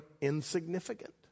insignificant